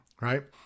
Right